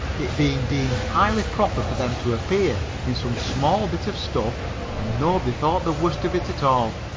it being deemed highly proper for them to appear in some small bit of stuff and nobody thought the worst of it at all.